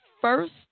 first